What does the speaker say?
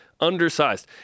Undersized